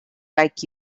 like